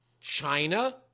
China